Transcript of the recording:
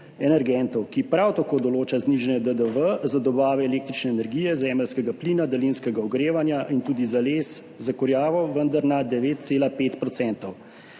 ki prav tako določa znižanje DDV za dobavo električne energije, zemeljskega plina, daljinskega ogrevanja in tudi za les za kurjavo, vendar na 9,5 %.